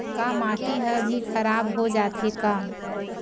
का माटी ह भी खराब हो जाथे का?